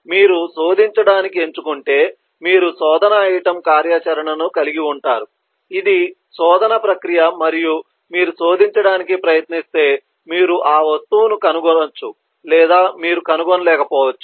మీరు శోధించడానికి ఎంచుకుంటే మీరు శోధన ఐటెమ్ కార్యాచరణను కలిగి ఉంటారు ఇది శోధన ప్రక్రియ మరియు మీరు శోధించడానికి ప్రయత్నిస్తే మీరు ఆ వస్తువును కనుగొనచ్చు లేదా మీరు కనుగొనలేకపోవచ్చు